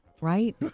right